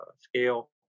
scale